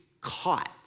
caught